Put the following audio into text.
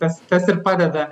tas tas ir padeda